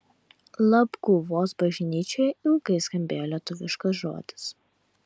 labguvos bažnyčioje ilgai skambėjo lietuviškas žodis